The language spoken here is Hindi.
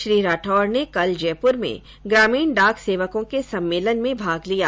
श्री राठौड़ ने कल जयपुर में ग्रामीण डाक सेवकों के सम्मेलन में भाग लिया